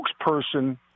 spokesperson